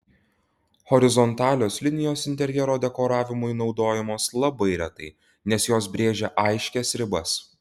horizontalios linijos interjero dekoravimui naudojamos labai retai nes jos brėžia aiškias ribas